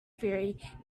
theory